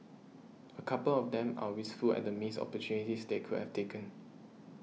a couple of them are wistful at the missed opportunities they could have taken